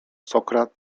sokra